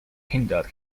hindered